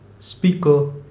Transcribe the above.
speaker